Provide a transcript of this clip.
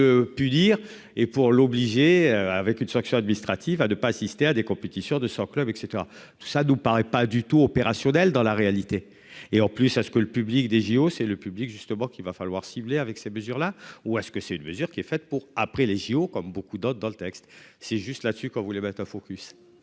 Pour le punir et pour l'obliger. Avec une sanction administrative à 2 pas assister à des compétitions de son club etc tout ça nous paraît pas du tout opérationnel dans la réalité et en plus à ce que le public des JO c'est le public justement qu'il va falloir cibler avec ces mesures là où est-ce que c'est une mesure qui est faite pour après les JO, comme beaucoup d'autres dans le texte si juste là-dessus quand vous les bateaux Focus.